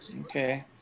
Okay